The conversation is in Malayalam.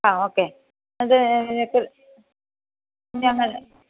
ആ ഓക്കെ അത് ഞങ്ങൾ